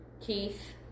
Keith